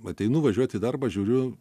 ateinu važiuot į darbą žiūriu